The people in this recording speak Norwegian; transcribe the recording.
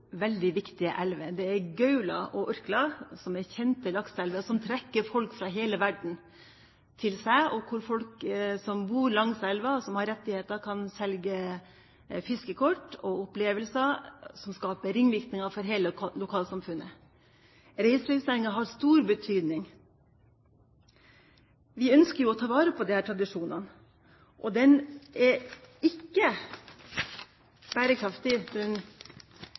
viktige elver, det er Gaula og Orkla. Dette er kjente lakseelver som trekker folk fra hele verden til seg. Folk som bor langs elva og som har rettigheter, kan selge fiskekort og opplevelser, og det skaper ringvirkninger for hele lokalsamfunnet. Reiselivsnæringa har stor betydning. Vi ønsker jo å ta vare på disse tradisjonene. Den oppdrettsnæringa vi har i dag, er ikke bærekraftig.